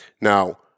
Now